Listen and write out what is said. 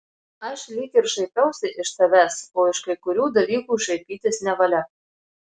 aš lyg ir šaipiausi iš tavęs o iš kai kurių dalykų šaipytis nevalia